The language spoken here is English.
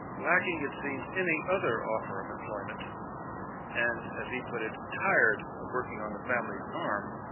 lacking, it seems, any other offer of employment and, as he put it, tired of working on the family farm,